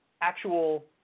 actual